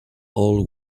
all